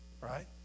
right